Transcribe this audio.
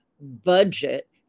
budget